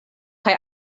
kaj